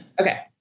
Okay